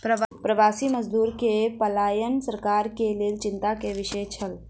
प्रवासी मजदूर के पलायन सरकार के लेल चिंता के विषय छल